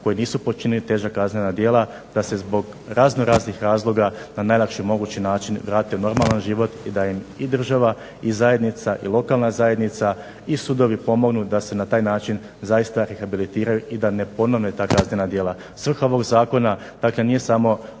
koji nisu počinili teža kaznena djela, da se zbog razno raznih razloga na najlakši mogući način vrate u normalna život i da im i država, i zajednica, i lokalna zajednica, i sudovi pomognu da se na taj način zaista rehabilitiraju i da ne ponove ta kaznena djela. Svrha ovog zakona, dakle nije samo